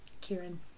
Kieran